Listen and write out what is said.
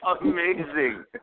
amazing